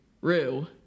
Rue